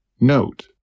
note